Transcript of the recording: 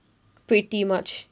pretty much